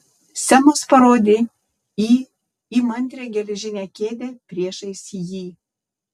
semas parodė į įmantrią geležinę kėdę priešais jį